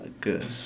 Good